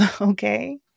okay